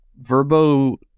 Verbo